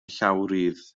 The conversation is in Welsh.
llawrydd